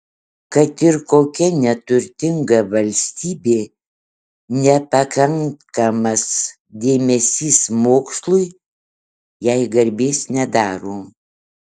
kad ir kokia neturtinga valstybė nepakankamas dėmesys mokslui jai garbės nedaro